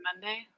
Monday